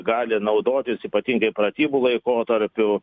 gali naudotis ypatingai pratybų laikotarpiu